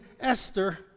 Esther